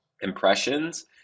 impressions